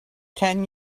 ten